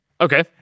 Okay